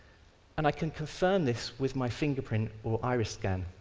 and i can confirm this with my fingerprint or iris scan,